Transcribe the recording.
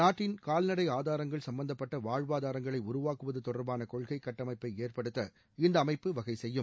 நாட்டின் கால்நடை ஆதாரங்கள் சும்பந்தப்பட்ட வாழ்வாதாரங்களை உருவாக்குவது தொடர்பான கொள்கை கட்டமைப்பை ஏற்படுத்த இந்த அமைப்பு வகைசெய்யும்